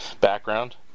background